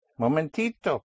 Momentito